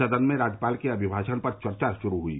सदन में राज्यपाल के अभिभाषण पर चर्चा शुरू हुई